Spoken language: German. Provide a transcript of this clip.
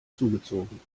zugezogen